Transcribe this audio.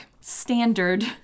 standard